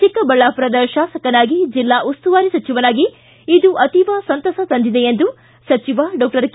ಚಿಕ್ಕಬಳ್ಳಾಪುರದ ಶಾಸಕನಾಗಿ ಜಿಲ್ಲಾ ಉಸ್ತುವಾರಿ ಸಚಿವನಾಗಿ ಇದು ಅತೀವ ಸಂತಸ ತಂದಿದೆ ಎಂದು ಸಚಿವ ಡಾಕ್ಷರ್ ಕೆ